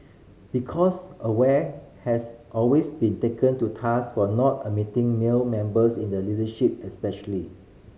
because Aware has always been taken to task for not admitting male members in the leadership especially